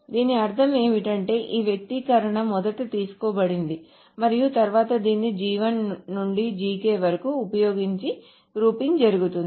దీని అర్థం ఏమిటంటే ఈ వ్యక్తీకరణ మొదట తీసుకోబడింది మరియు తరువాత దీన్ని నుండి వరకు ఉపయోగించి గ్రూపింగ్ జరుగుతుంది